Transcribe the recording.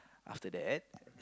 after that